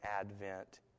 advent